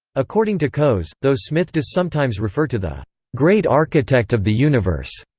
according to coase, though smith does sometimes refer to the great architect of the universe,